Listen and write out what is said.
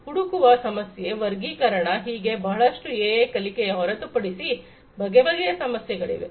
ಹುಡುಕುವ ಸಮಸ್ಯೆ ವರ್ಗೀಕರಣ ಹೀಗೆ ಬಹಳಷ್ಟು ಎಐ ಕಲಿಕೆಯ ಹೊರತುಪಡಿಸಿ ಬಗೆಬಗೆಯ ಸಮಸ್ಯೆಗಳಿವೆ